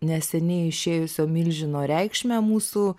neseniai išėjusio milžino reikšmę mūsų